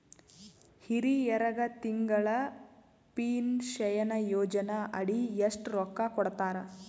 ಹಿರಿಯರಗ ತಿಂಗಳ ಪೀನಷನಯೋಜನ ಅಡಿ ಎಷ್ಟ ರೊಕ್ಕ ಕೊಡತಾರ?